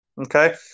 Okay